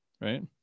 right